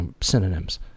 synonyms